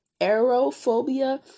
aerophobia